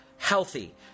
Healthy